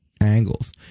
angles